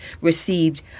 received